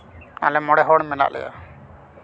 ᱟᱞᱮ ᱢᱚᱬᱮ ᱦᱚᱲ ᱢᱮᱱᱟᱜ ᱞᱮᱭᱟ